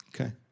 Okay